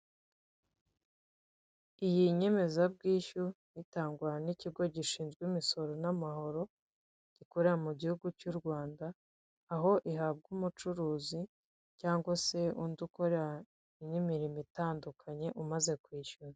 Iyi nyemezabwishyu itangwa n'ikigo gishinzwe imisoro n'amahoro gikorera mu gihugu cy'u Rwanda, aho ihabwa umucuruzi cyangwa se undi ukora indi mirimo itandukanye umaze kwishyura.